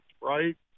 right